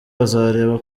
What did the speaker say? bazareba